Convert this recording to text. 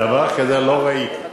דבר כזה לא ראיתי.